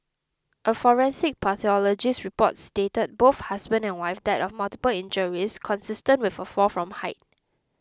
a forensic pathologist's report stated both husband and wife died of multiple injuries consistent with a fall from height